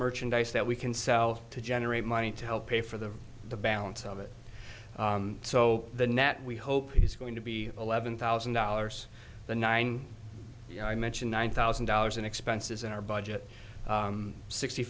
merchandise that we can sell to generate money to help pay for the the balance of it so the net we hope he's going to be eleven thousand dollars the nine i mentioned one thousand dollars in expenses in our budget sixty